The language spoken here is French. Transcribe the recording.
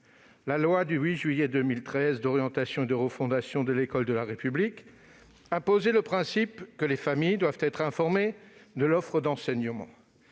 la loi du 8 juillet 2013 d'orientation et de programmation pour la refondation de l'école de la République a posé le principe que les familles doivent être informées de l'offre d'enseignement.